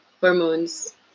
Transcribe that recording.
hormones